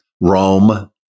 Rome